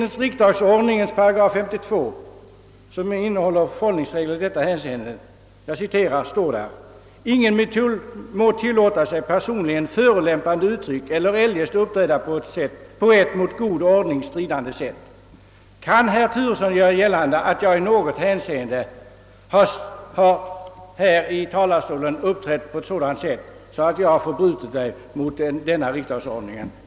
I riksdagsordningens § 52, som innehåller förhållningsregler i detta hänseende, heter det: »Ingen må tilllåta sig personligen förolämpande uttryck eller eljest uppträda på ett mot god ordning stridande sätt.» Kan herr Turesson göra gällande att jag i något hänseende här i talarstolen uppträtt på sådant sätt att jag förbrutit mig mot detta stadgande i riksdagsordningen?